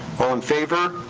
all in favor?